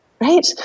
right